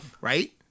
Right